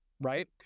right